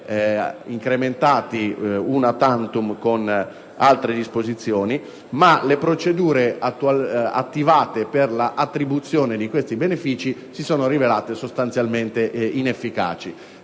incrementati *una tantum* con altre disposizioni), ma le procedure attivate per l'attribuzione degli stessi si sono rivelate sostanzialmente inefficaci.